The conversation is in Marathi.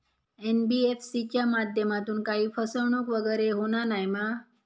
एन.बी.एफ.सी च्या माध्यमातून काही फसवणूक वगैरे होना नाय मा?